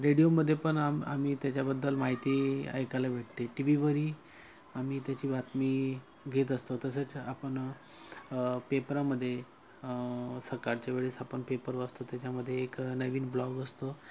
रेडिओमध्ये पण आम आम्ही त्याच्याबद्दल माहिती ऐकायला भेटते टी व्हीवरही आम्ही त्याची बातमी घेत असतो तसंच आपण पेपरामध्ये सकाळच्या वेळेस आपण पेपर वाचतो त्याच्यामध्ये एक नवीन ब्लॉग असतो